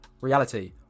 Reality